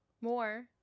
more